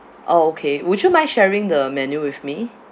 orh okay would you mind sharing the menu with me